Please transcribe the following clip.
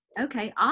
Okay